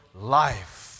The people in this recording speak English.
life